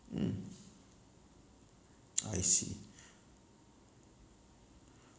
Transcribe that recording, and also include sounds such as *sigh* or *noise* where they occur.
mm *noise* I see